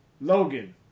Logan